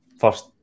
First